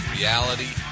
Reality